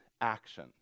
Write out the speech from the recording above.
action